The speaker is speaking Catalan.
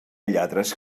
lladres